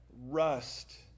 rust